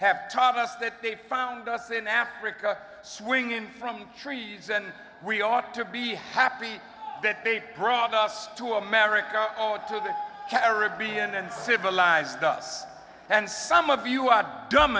have taught us that they found us in africa swinging from trees and we ought to be happy that they brought us to america over to the caribbean and civilized us and some of you are dumb